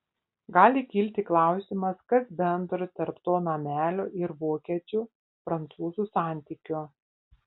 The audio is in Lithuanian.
gali kilti klausimas kas bendro tarp to namelio ir vokiečių prancūzų santykių